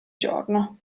giorno